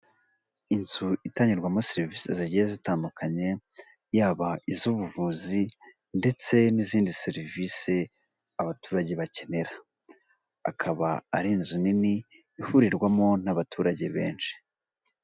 Inzu itangirwamo serivise zigiye zitandukanye, yaba iz'ubuvuzi ndetse n'izindi serivise abaturage bakenera, akaba ari inzu nini ihurirwamo n'abaturage benshi.